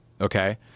Okay